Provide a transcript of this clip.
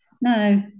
No